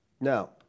Now